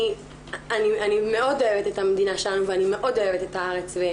אני מאוד אוהבת את המדינה שלנו ואני מאוד אוהבת את הארץ.